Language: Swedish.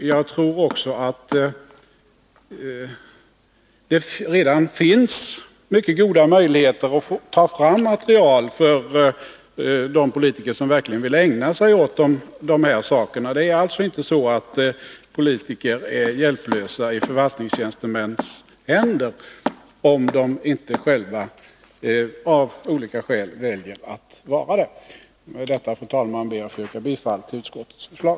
Jag tror att det för de politiker som verkligen vill ägna sig åt de här sakerna redan finns mycket goda möjligheter att ta fram material. Det är alltså inte så att politiker är hjälplösa i förvaltningstjänstemännens händer, om de inte själva av olika skäl väljer att vara det. Med detta, fru talman, ber jag att få yrka bifall till utskottets förslag.